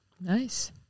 Nice